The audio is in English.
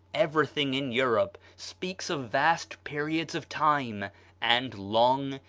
everything in europe speaks of vast periods of time and long,